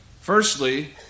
Firstly